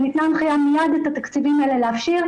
ניתנה הנחייה מיד את התקציבים האלה להפשיר,